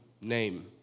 name